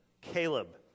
Caleb